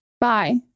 bye